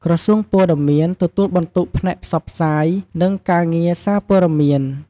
ក្រសួងព័ត៌មាន ទទួលបន្ទុកផ្នែកផ្សព្វផ្សាយ និងការងារសារព័ត៌មាន។